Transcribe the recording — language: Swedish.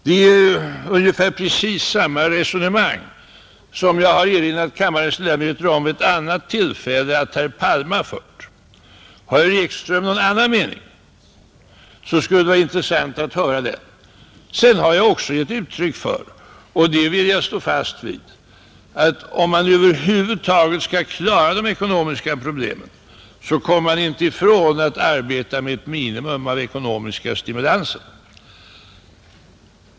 Vid ett annat tillfälle har jag erinrat kammarens ledamöter om att herr Palme har fört ungefär precis samma resonemang. Har herr Ekström en annan mening, så skulle det vara intressant att höra den. Sedan har jag också uttalat — och det vill jag stå fast vid — att om man över huvud taget skall klara de ekonomiska problemen så kommer man inte ifrån att arbeta med ekonomiska stimulanser.